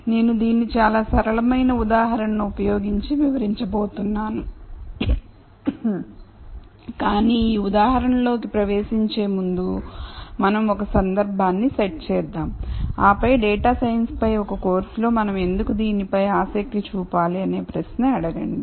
నేను దీన్ని చాలా సరళమైన ఉదాహరణను ఉపయోగించి వివరించబోతున్నాను కాని ఈ ఉదాహరణలోకి ప్రవేశించే ముందు మనం ఒక సందర్భాన్ని సెట్ చేద్దాం ఆపై డేటా సైన్స్ పై ఒక కోర్సులో మనం ఎందుకు దీనిపై ఆసక్తి చూపాలి అనే ప్రశ్న అడగండి